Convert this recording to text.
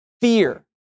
fear